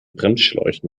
bremsschläuchen